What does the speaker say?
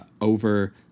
over